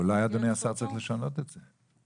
אולי אדוני השר צריך לשנות את זה.